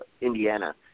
Indiana